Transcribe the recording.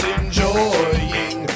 enjoying